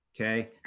okay